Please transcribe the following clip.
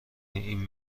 این